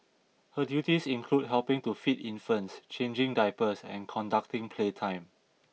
her duties included helping to feed infants changing diapers and conducting playtime